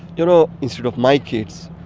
you know, instead of my kids,